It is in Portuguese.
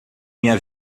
minha